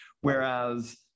whereas